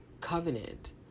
covenant